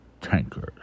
Tankers